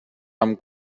amb